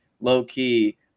low-key